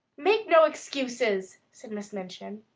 make no excuses, said miss minchin,